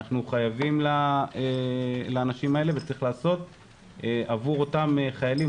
אנחנו חייבים לאנשים האלה וצריך לעשות עבור אותם חיילים,